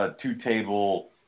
two-table